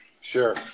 Sure